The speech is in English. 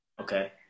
Okay